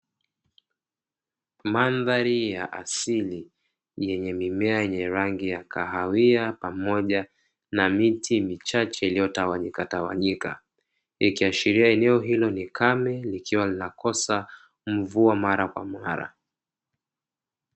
Mandhari ya asili yenye mimea yenye rangi ya kahawia pamoja na miti michache iliyotawanyikatawanyika ikiashiria eneo hilo ni kame likiwa linakosa mvua mara kwa mara.